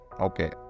Okay